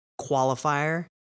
qualifier